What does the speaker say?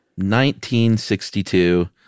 1962